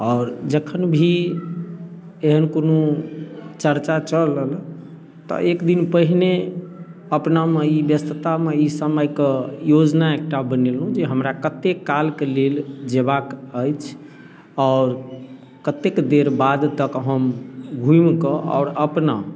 आओर जखन भी एहन कोनो चर्चा चऽलल तऽ एकदिन पहिने अपनामे ई व्यस्ततामे ई समय के योजना एकटा बनेलहुॅं जे हमरा कत्ते कालके लेल जेबाक अछि आओर कत्तेक देर बाद तक हम घुमि कऽ आओर अपना